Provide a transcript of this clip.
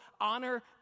honor